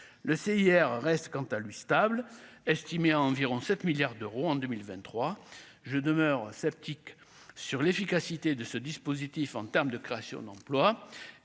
le CIR reste quant à lui stable estimée à environ 7 milliards d'euros en 2023 je demeure sceptique sur l'efficacité de ce dispositif en termes de création d'emplois